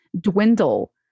dwindle